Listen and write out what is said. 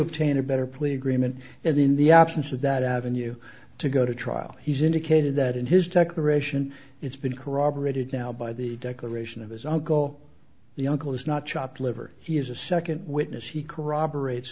obtain a better plea agreement and in the absence of that avenue to go to trial he's indicated that in his declaration it's been corroborated now by the declaration of his uncle the uncle is not chopped liver he is a second witness he corroborate